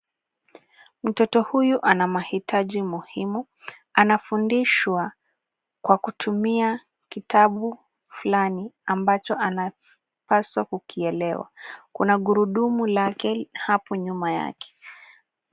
Mtoto huyu ana mahitaji muhimu, anafundishwa kwa kutumia kitabu fulani ambacho anapaswa kukielewa. Kuna gurudumu lake hapo nyuma yake.